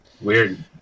Weird